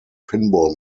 pinball